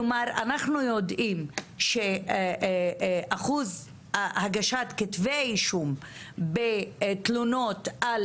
כלומר אנחנו יודעים ששיעור הגשת כתבי אישום בתלונות על